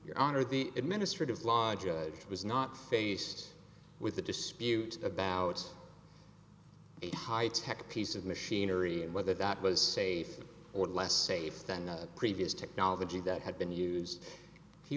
your honor the administrative law judge was not faced with the dispute about the high tech piece of machinery and whether that was safe or less safe than the previous technology that had been used he